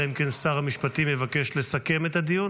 אלא אם כן שר המשפטים יבקש לסכם את הדיון,